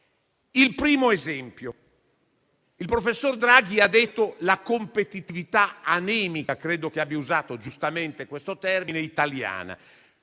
In primo luogo, il professor Draghi ha parlato di competitività anemica - credo che abbia usato giustamente questo termine - italiana,